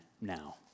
now